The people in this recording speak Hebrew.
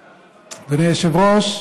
היושב-ראש,